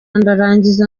ndarangiza